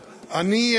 אני,